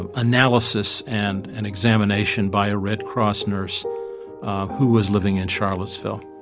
um analysis and an examination by a red cross nurse who was living in charlottesville.